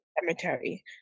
cemetery